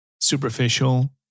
Superficial